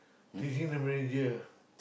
taking the manager